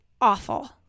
awful